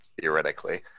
Theoretically